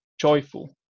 joyful